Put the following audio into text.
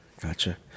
Gotcha